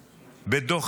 דברים: דוח